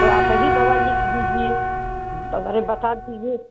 तो आप ही दवा लिख दीजिए अगर यह बता दीजिए